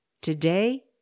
Today